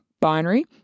binary